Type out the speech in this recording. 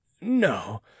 No